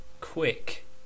Quick